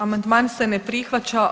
Amandman se ne prihvaća.